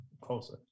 closer